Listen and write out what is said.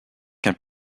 qu’un